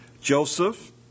Joseph